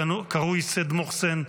הקרוי סייד מוחסן,